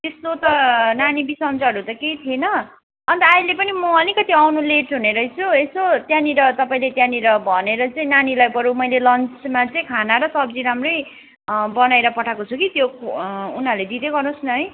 त्यस्तो त नानी बिसन्चोहरू त केही थिएन अन्त अहिले पनि म अलिकति आइनु लेट हुने रहेछु यसो त्यहाँनिर तपाईँले त्यहाँनिर भनेर चाहिँ नानीलाई बरू मैले लन्चमा चाहिँ खाना र सब्जी राम्रै बनाएर पठाएको छु कि त्यो उनीहरूले दिँदै गरोस् न है